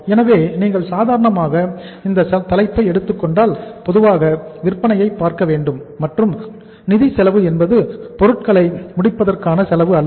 எனவே நீங்கள் சாதாரணமாக இந்த தலைப்பை எடுத்துக்கொண்டால் பொதுவாக விற்பனையை பார்க்க வேண்டும் மற்றும் நிதி செலவு என்பது பொருட்களை முடிப்பதற்கான செலவு அல்ல